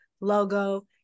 logo